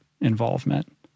involvement